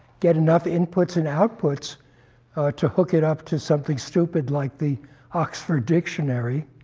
get enough inputs and outputs to hook it up to something stupid like the oxford dictionary,